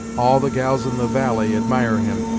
all the gals in the valley admire him,